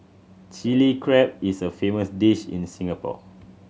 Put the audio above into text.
Chilli Crab is a famous dish in Singapore